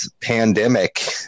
pandemic